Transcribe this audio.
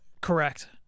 Correct